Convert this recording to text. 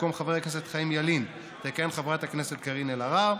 במקום חבר הכנסת חיים ילין תכהן חברת הכנסת קארין אלהרר,